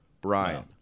Brian